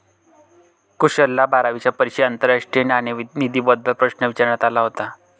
कुशलला बारावीच्या परीक्षेत आंतरराष्ट्रीय नाणेनिधीबद्दल प्रश्न विचारण्यात आला होता